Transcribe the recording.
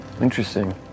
interesting